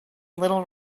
little